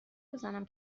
بزنم